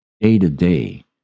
day-to-day